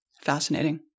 Fascinating